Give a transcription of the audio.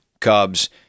Cubs